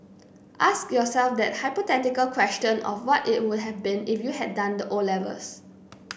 ask yourself that hypothetical question of what it would have been if you had done the O levels